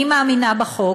אני מאמינה בחוק